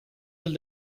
del